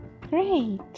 Great